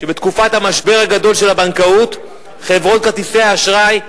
שבתקופת המשבר הגדול של הבנקאות חברות כרטיסי האשראי,